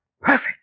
Perfect